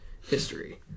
history